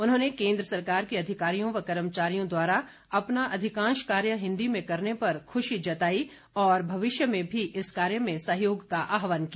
उन्होंने केन्द्र सरकार के अधिकारियों व कर्मचारियों द्वारा अपना अधिकांश कार्य हिन्दी में करने पर खुशी जताई और भविष्य में भी इस कार्य में सहयोग का आहवान किया